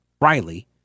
Riley